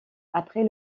après